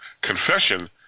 confession